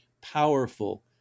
powerful